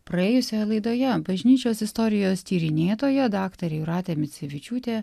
praėjusioje laidoje bažnyčios istorijos tyrinėtoja daktarė jūratė micevičiūtė